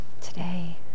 today